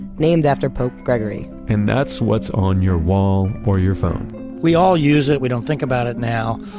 named after pope gregory and that's what's on your wall, or your phone we all use it. we don't think about it now.